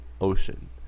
ocean